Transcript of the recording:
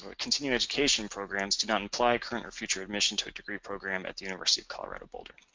ah continuing education programs do not imply current or future admission to a degree program at the university of colorado boulder.